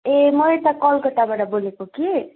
ए म यता कलकताबाट बोलेको कि